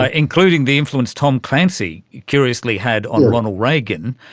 ah including the influence tom clancy, curiously, had on ronald reagan.